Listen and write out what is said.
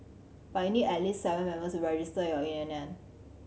but you need at least seven members to register your union